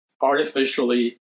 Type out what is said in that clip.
artificially